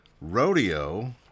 Rodeo